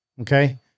Okay